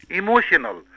emotional